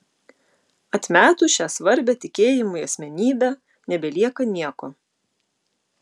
atmetus šią svarbią tikėjimui asmenybę nebelieka nieko